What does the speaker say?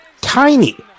tiny